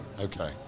Okay